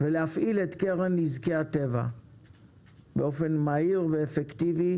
ולהפעיל את קרן נזקי הטבע באופן מהיר ואפקטיבי,